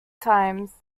times